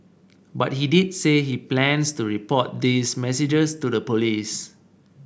but he did say he plans to report these messages to the police